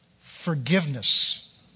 Forgiveness